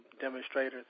demonstrators